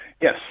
Yes